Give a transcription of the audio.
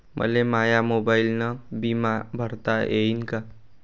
मले माया मोबाईलनं बिमा भरता येईन का?